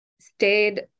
stayed